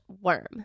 worm